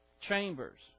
chambers